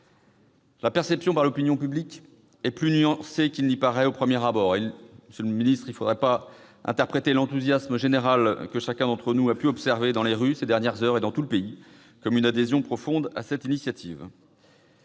La perception par l'opinion publique est plus nuancée qu'il n'y paraît au premier abord, et, monsieur le ministre, il ne faudrait pas interpréter l'enthousiasme général que chacun d'entre nous a pu observer, ces dernières heures, dans les rues de tout le pays comme une adhésion profonde à cette initiative.